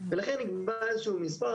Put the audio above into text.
לכן נקבע איזה שהוא מספר,